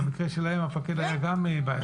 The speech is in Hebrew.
במקרה שלהן המפקד היה גם בעייתי.